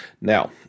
Now